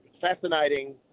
fascinating